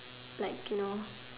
like you know